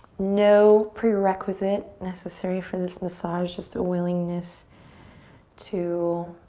no prerequisite necessary for this massage, just a willingness to